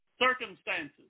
circumstances